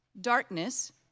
darkness